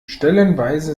stellenweise